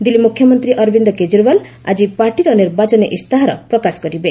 ଦିଲ୍ଲୀ ମୁଖ୍ୟମନ୍ତ୍ରୀ ଅରବିନ୍ଦର କେଜରିଓ୍ୱାଲ ଆଜି ପାର୍ଟିର ନିର୍ବାଚନୀ ଇସ୍ତାହାର ପ୍ରକାଶ କରିବେ